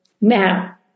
Now